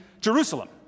Jerusalem